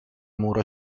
muro